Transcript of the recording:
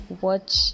watch